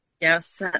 Yes